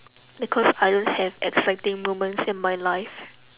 because I don't have exciting moments in my life